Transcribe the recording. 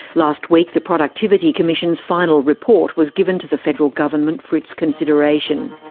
last week, the productivity commission's final report was given to the federal government for its consideration.